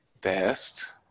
Best